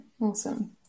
awesome